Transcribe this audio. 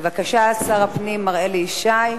בבקשה, שר הפנים, מר אלי ישי.